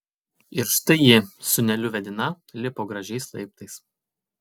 ir štai ji sūneliu vedina lipo gražiais laiptais